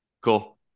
cool